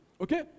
okay